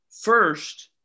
first